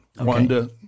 Wanda